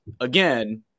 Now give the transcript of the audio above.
Again